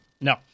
No